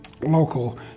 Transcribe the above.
local